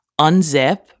unzip